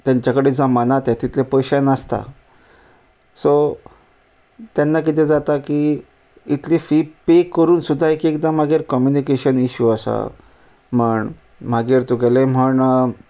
तेंच्या कडे जमाना तें तितले पयशे नासता सो तेन्ना किदें जाता की इतली फी पे करून सुद्दां एक एकदां मागेर कमुनिकेशन इशू आसा म्हण मागीर तुगेलें म्हण